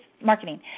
marketing